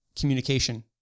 communication